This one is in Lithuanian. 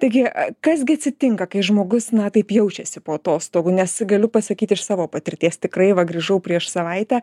taigi kas gi atsitinka kai žmogus na taip jaučiasi po atostogų nes galiu pasakyt iš savo patirties tikrai va grįžau prieš savaitę